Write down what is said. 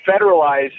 federalize